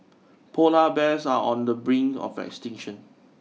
polar bears are on the brink of extinction